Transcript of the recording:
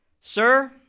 Sir